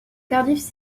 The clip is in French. cardiff